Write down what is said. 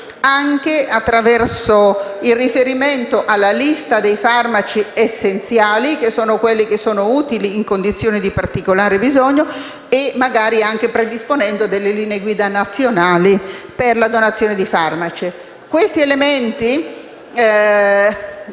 anche attraverso il riferimento alla lista dei farmaci essenziali, che sono utili in condizioni di particolare bisogno, magari anche predisponendo delle linee guida nazionali per la donazione di farmaci. È difficile